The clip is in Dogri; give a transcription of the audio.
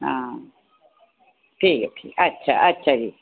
हां ठीक ऐ अच्छा अच्छा जी